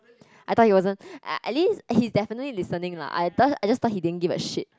I thought he wasn't a~ at least he is definitely listening lah I jus~ I just thought he didn't give a shit